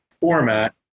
format